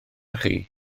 chi